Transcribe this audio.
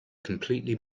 completely